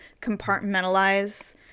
compartmentalize